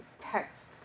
text